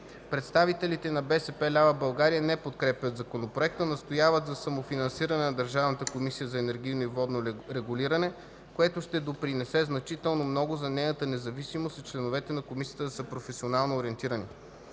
Представителите на „БСП – лява България” не подкрепят законопроекта. Настояват за самофинансиране на Държавната комисия за енергийно и водно регулиране, което ще допринесе значително много за нейната независимост и членовете на Комисията да са професионално ориентирани.